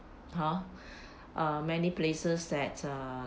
hor err many places that uh